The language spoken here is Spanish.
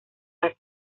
las